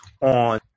on